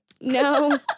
No